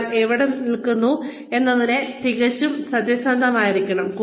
ഒരാൾ എവിടെ നിൽക്കുന്നു എന്നതിനെക്കുറിച്ച് തികച്ചും സത്യസന്ധനായിരിക്കണം